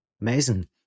Amazing